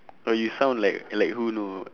oh you sound like like who know